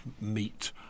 meet